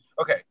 Okay